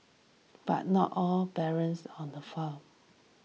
but not all barrens on the front